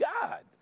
God